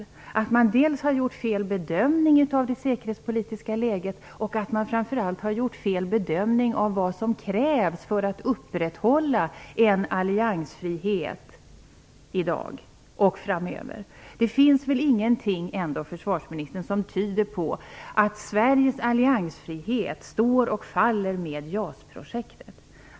Man måste kunna erkänna att man har gjort fel bedömning av det säkerhetspolitiska läget och framför allt att man har gjort fel bedömning av vad som krävs för att upprätthålla en alliansfrihet i dag och framöver. Det finns väl ändå ingenting som tyder på att Sveriges alliansfrihet står och faller med JAS-projektet, försvarsministern?